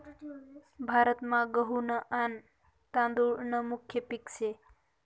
भारतमा गहू न आन तादुळ न मुख्य पिक से